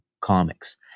comics